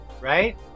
right